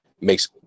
makes